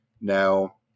Now